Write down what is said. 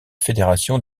fédération